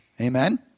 Amen